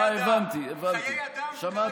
אה, הבנתי, הבנתי, שמעתי.